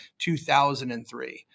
2003